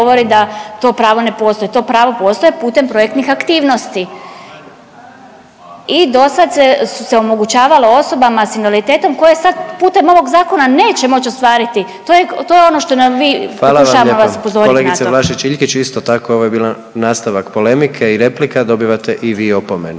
Hvala vam lijepo. Kolegice Vlašić Iljkić isto tako ovo je bila nastavak polemike i replika, dobivate i vi opomenu.